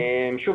שוב,